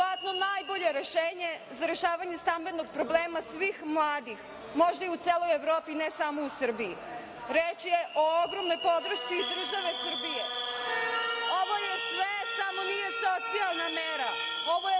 Ovo je sve samo nije socijalna mera.